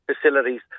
facilities